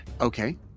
Okay